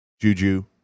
Juju